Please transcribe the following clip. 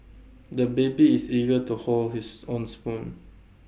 the baby is eager to hold his own spoon